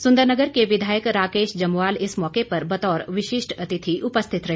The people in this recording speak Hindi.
सुंदननगर के विधायक राकेश जमवाल इस मौके पर बतौर विशिष्ट अतिथि उपस्थित रहे